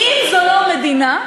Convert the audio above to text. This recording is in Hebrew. אם זאת לא מדינה,